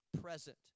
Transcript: present